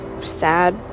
sad